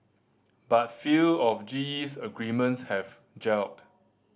but few of G E's agreements have gelled